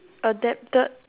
adapted